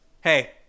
Hey